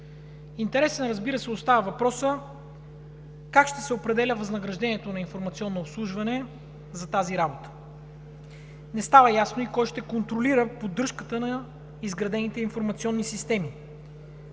Интересен, разбира се, остава въпросът как ще се определя възнаграждението на „Информационно обслужване“ за тази работа, не става ясно и кой ще контролира поддръжката на изградените информационни системи,